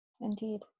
Indeed